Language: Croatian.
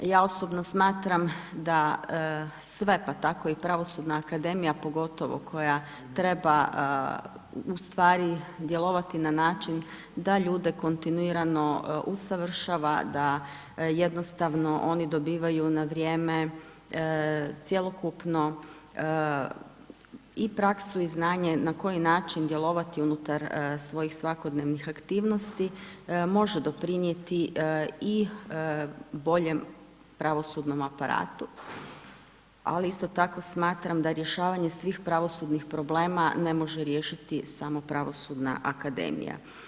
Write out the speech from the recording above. Ja osobno smatram da sve, pa tako i pravosudna akademija, pogotovo koja treba ustvari djelovati na način, da ljude kontinuirano usavršava da jednostavno oni dobivaju na vrijeme cjelokupno i praksu i znanje na koji način djelovati unutar svojih svakodnevnih aktivnosti, može doprinijeti i boljem pravosudnom aparatu ali isto tako smatram da rješavanje svih pravosudnih problema ne može riješiti samo Pravosudna akademija.